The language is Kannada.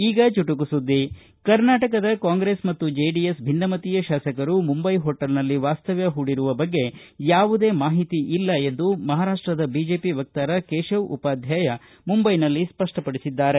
ಈಗ ಚುಟುಕು ಸುದ್ದಿ ಕರ್ನಾಟಕದ ಕಾಂಗ್ರೆಸ್ ಮತ್ತು ಜೆಡಿಎಸ್ ಭಿನ್ನಮತೀಯ ಶಾಸಕರು ಮುಂಬೈ ಹೋಟೆಲ್ನಲ್ಲಿ ವಾಸ್ತವ್ಯ ಹೂಡಿರುವ ಬಗ್ಗೆ ಯಾವುದೇ ಮಾಹಿತಿ ಇಲ್ಲ ಎಂದು ಮಹಾರಾಷ್ಟದ ಬಿಜೆಪಿ ವಕ್ತಾರ ಕೇಶವ ಉಪಾಧ್ಯಾಯ ಮುಂಬೈನಲ್ಲಿ ಸ್ಪಷ್ಟಪಡಿಸಿದ್ದಾರೆ